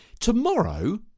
Tomorrow